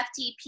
FTP